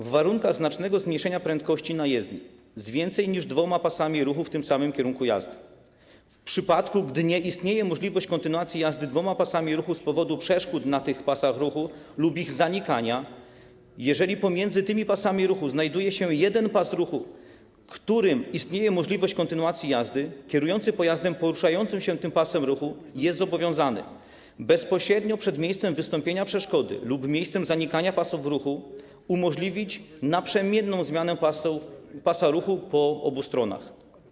W warunkach znacznego zmniejszenia prędkości na jezdni z więcej niż dwoma pasami ruchu w tym samym kierunku jazdy, w przypadku gdy nie istnieje możliwość kontynuacji jazdy dwoma pasami ruchu z powodu przeszkód na tych pasach ruchu lub ich zanikania, jeżeli pomiędzy tymi pasami ruchu znajduje się jeden pas ruchu, w którym istnieje możliwość kontynuacji jazdy, kierujący pojazdem poruszającym się tym pasem ruchu jest zobowiązany bezpośrednio przed miejscem wystąpienia przeszkody lub miejscem zanikania pasów ruchu umożliwić naprzemienną zmianę pasa ruchu po obu stronach.